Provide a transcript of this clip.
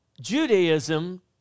Judaism